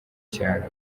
cyaro